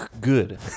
good